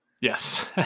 yes